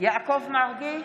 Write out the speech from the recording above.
יעקב מרגי,